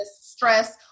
stress